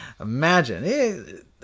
Imagine